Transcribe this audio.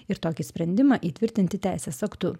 ir tokį sprendimą įtvirtinti teisės aktu